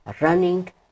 running